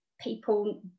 people